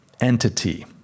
entity